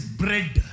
bread